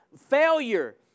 failure